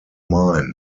mine